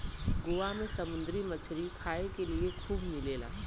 गोवा में समुंदरी मछरी खाए के लिए खूब मिलेला